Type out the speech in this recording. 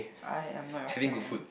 I am not your friend